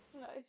Nice